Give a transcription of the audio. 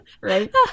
Right